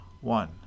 one